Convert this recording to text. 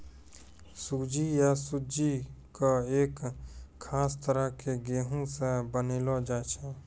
सूजी या सुज्जी कॅ एक खास तरह के गेहूँ स बनैलो जाय छै